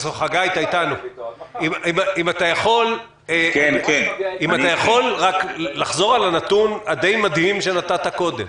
אם אתה יכול לחזור על הנתון המדהים שהצגת קודם.